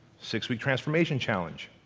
six week transformation challenge.